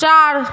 চার